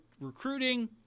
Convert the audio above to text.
recruiting